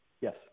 Yes